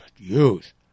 Use